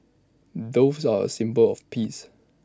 doves are A symbol of peace